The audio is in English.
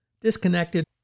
Disconnected